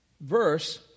verse